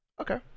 Okay